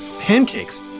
pancakes